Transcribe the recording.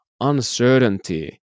uncertainty